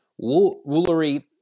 Woolery